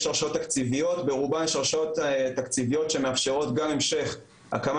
יש רשויות תקציביות ברובם רשויות תקציביות שמאפשרות גם המשך הקמה